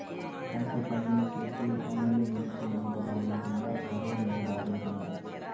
పంట పండించేకి నీళ్లు నిలిచే నేల బాగుంటుందా? కరువు నేల బాగుంటుందా?